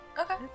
Okay